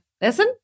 Listen